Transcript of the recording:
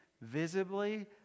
visibly